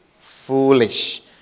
Foolish